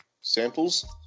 samples